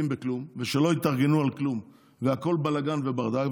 בכלום ושלא התארגנו על כלום והכול בלגן וברדק,